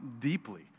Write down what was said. Deeply